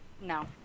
No